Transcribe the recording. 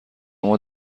اما